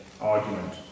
argument